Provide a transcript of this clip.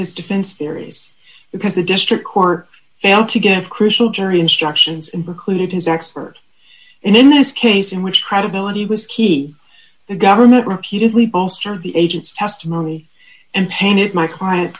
his defense theories because the district court failed to give crucial jury instructions in precluded his expert and in this case in which credibility was key the government repeatedly bolster the agent's testimony and painted my client